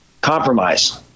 compromise